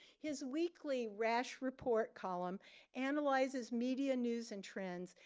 his weekly rash report column analyzes media news and trends,